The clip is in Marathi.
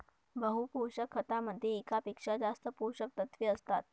बहु पोषक खतामध्ये एकापेक्षा जास्त पोषकतत्वे असतात